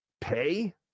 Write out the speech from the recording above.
pay